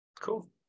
Cool